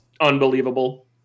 unbelievable